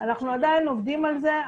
אנחנו עדיין עובדים על זה.